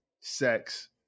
sex